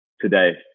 today